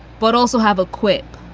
but also have a quip,